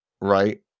right